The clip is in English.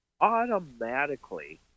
automatically